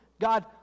God